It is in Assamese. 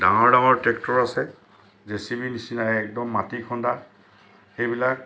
ডাঙৰ ডাঙৰ ট্ৰেক্টৰ আছে জে চি বি নিচিনাই একদম মাটি খন্দা সেইবিলাক